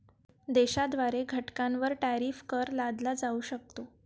देशाद्वारे घटकांवर टॅरिफ कर लादला जाऊ शकतो